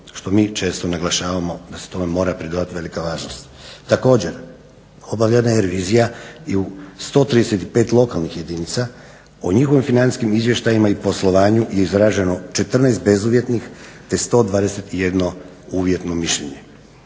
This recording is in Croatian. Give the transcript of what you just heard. što mi često naglašavamo da se tome mora pridodati velika važnost. Također, obavljena je revizija i u 135 lokalnih jedinica. O njihovim financijskim izvještajima i poslovanju je izraženo 14 bezuvjetnih te 121 uvjetno mišljenje.